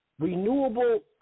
Renewable